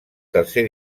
tercer